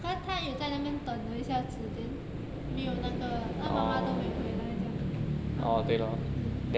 他他有在那边等了一下子 then 没有那个它妈妈又没有回来这样 ah mm